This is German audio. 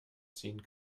ziehen